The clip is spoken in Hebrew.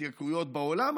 התייקרויות בעולם,